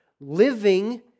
living